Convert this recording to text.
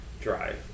drive